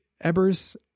Ebers